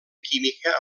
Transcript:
química